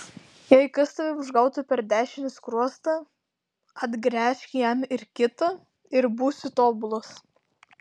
jei kas tave užgautų per dešinį skruostą atgręžk jam ir kitą ir būsi tobulas